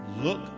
Look